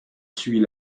suit